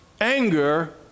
anger